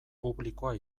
publikoa